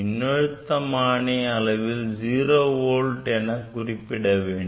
மின்னழுத்தமானி அளவில் 0V எனக் குறிப்பிட வேண்டும்